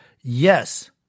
Yes